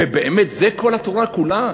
ובאמת, זה כל התורה כולה?